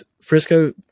Frisco